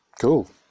Cool